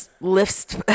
lifts